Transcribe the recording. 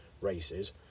races